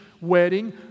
wedding